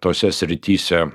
tose srityse